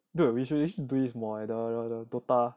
dude we should actually do this more the dota